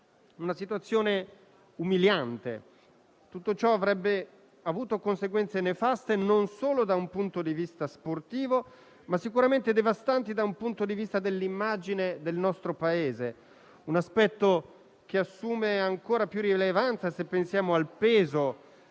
una situazione umiliante. Tutto ciò avrebbe avuto conseguenze nefaste dal punto di vista sportivo e devastanti dal punto di vista dell'immagine del nostro Paese; è un aspetto che assume ancora più rilevanza, se pensiamo al peso